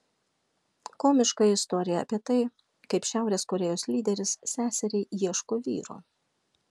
komiška istorija apie tai kaip šiaurės korėjos lyderis seseriai ieško vyro